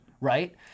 right